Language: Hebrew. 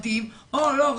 מתאים או לא,